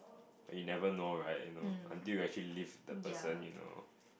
you never know right you know until you actually leave the person you know